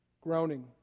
groaning